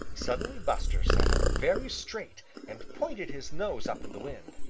suddenly buster sat up very straight and pointed his nose up in the wind.